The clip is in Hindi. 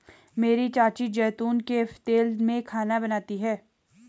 मेरी चाची जैतून के तेल में खाना बनाती है